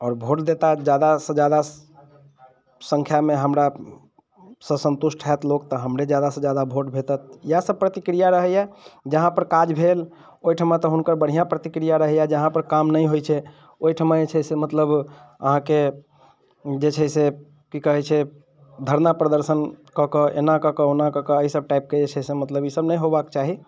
आओर भोट देता जादा से जादा संख्यामे हमरासँ संतुष्ट होयत लोक तऽ हमरे जादा से जादा भोट भेटत इएह सब प्रतिक्रिआ रहैया जहाँ पर काज भेल ओहिठमा तऽ हुनकर बढ़िआँ प्रतिक्रिया रहैया जहाँ पर काम नहि होइत छै ओहिठमा जे छै से मतलब अहाँकेँ जे छै से की कहैत छै धरना प्रदर्शन कऽ के एना कऽ के ओना कऽ के एहि सब टाइपके जे छै मतलब ई सब नहि होयबाके चाही